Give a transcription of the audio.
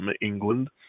England